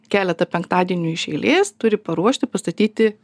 keletą penktadienių iš eilės turi paruošti pastatyti